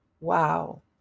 Wow